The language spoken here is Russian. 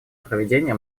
проведение